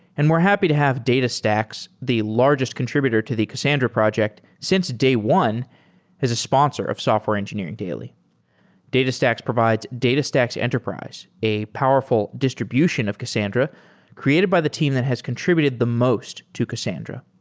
and we're happy to have datastax, the largest contributed to the cassandra project since day one as a sponsor of software engineering daily datastax provides datastax enterprise, a powerful distribution of cassandra created by the team that has contributed the most to cassandra.